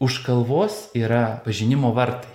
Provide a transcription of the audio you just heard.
už kalvos yra pažinimo vartai